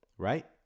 right